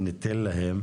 ניתן להם.